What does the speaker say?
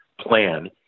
plan